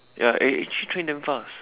ya eh actually train damn fast